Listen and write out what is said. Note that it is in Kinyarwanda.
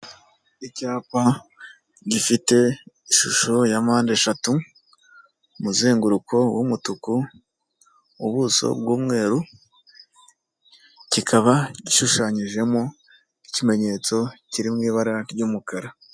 Icyapa gifite ishusho ya mpande eshatu, umuzenguruko w'umutuku, ubuso bw'umweru, kikaba gishushanyijemo ikimenyetso kiri mu ibara ry'umukara.